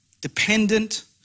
dependent